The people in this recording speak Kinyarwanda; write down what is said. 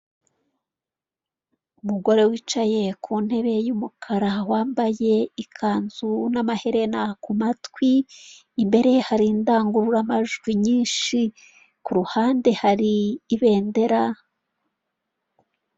Umugore wicaye ku ntebe y'umukara wambaye ikanzu n'amaherena ku matwi, imbere ye hari indangururamajwi nyinshi kuruhande hari ibendera.